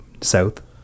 South